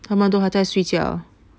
他们都还在睡觉